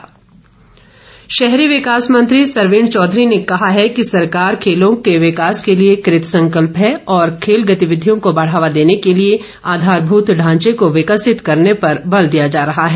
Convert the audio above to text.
सरवीण शहरी विकास मंत्री सरवीण चौधरी ने कहा है कि सरकार खेलों के विकास के लिए कृतसंकल्प है और खेल गतिविधियों को बढावा देने के लिए आधारभुत ढांचे को विकसित करने पर बल दिया जा रहा है